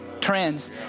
trends